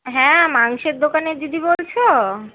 হ্যাঁ মাংসের দোকানের দিদি বলছো